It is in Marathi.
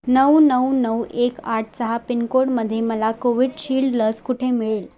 नऊ नऊ नऊ एक आठ सहा पिनकोडमध्ये मला कोविडशिल्ड लस कुठे मिळेल